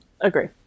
Agree